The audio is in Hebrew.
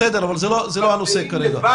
בסדר, אבל זה לא הנושא כרגע.